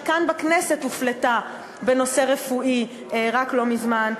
שכאן בכנסת הופלתה בנושא רפואי רק לא מזמן,